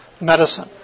medicine